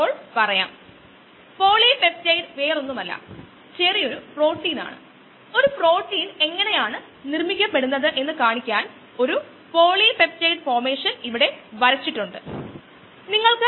ഇവിടെയുള്ള KI k6 അല്ലാതെ മറ്റൊന്നുമല്ല റിവേഴ്സ് റിയാക്ഷൻ ഹരിക്കണം k 5 ന്റെ forward reaction rate constant reverse reaction കോൺസ്റ്റന്റിനെ ഫോർവേഡ് റിയാക്ഷൻ നിരക്ക് കോൺസ്റ്റന്റ് കൊണ്ട് ഹരിക്കുന്നു